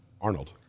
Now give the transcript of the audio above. Arnold